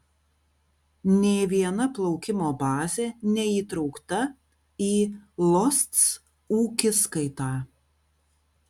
nė viena plaukimo bazė neįtraukta į losc ūkiskaitą